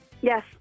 Yes